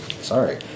Sorry